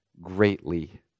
greatly